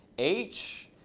h.